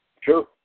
Sure